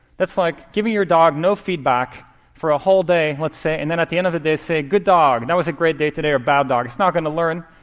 that's like giving your dog no feedback for a whole day, let's say. and then at the end of the day, say, good dog, that was a great day today, or bad dog. it's not going to learn.